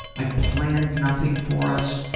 i've planned nothing for us,